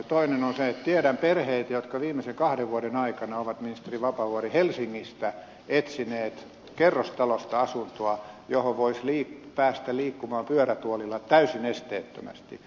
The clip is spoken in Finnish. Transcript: toinen on se että tiedän perheitä jotka viimeisen kahden vuoden aikana ovat ministeri vapaavuori helsingistä etsineet kerrostalosta asuntoa johon voisi päästä liikkumaan pyörätuolilla täysin esteettömästi